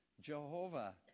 Jehovah